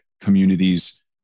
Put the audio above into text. communities